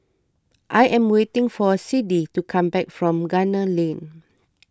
I am waiting for Siddie to come back from Gunner Lane